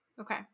okay